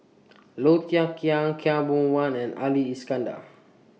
Low Thia Khiang Khaw Boon Wan and Ali Iskandar